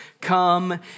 Come